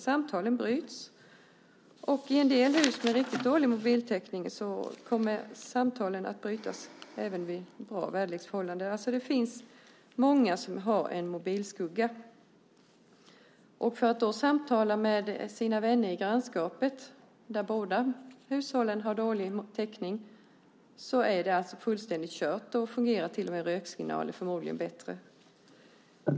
Samtalen bryts; i en del hus med riktigt dålig mobiltäckning kommer samtalen att brytas även vid bra väderleksförhållanden. Det finns många som har en mobilskugga. Om man vill samtala med sina vänner i grannskapet, där båda hushållen har dålig täckning, är det fullständigt kört. Då fungerar till och med röksignaler förmodligen bättre.